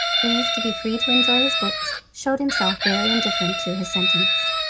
pleased to be free to enjoy his books, showed himself very indifferent to his sentence.